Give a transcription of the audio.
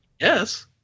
yes